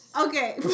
Okay